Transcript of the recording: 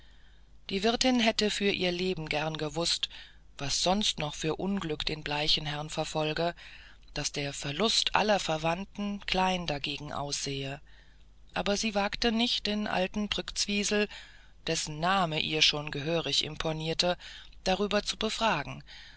die wirtin hätte für ihr leben gerne gewußt was sonst noch für unglück den bleichen herrn verfolge daß der verlust aller verwandten klein dagegen aussehe aber sie wagte nicht den alten brktzwisl dessen name ihr schon gehörig imponierte darüber zu befragen